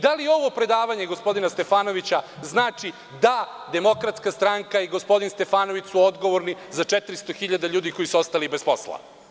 Da li ovo predavanje gospodina Stefanovića znači da su DS i gospodin Stefanović odgovorni za 400 hiljada ljudi koji su ostali bez posla?